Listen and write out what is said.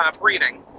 breeding